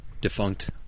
defunct